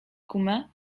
gumę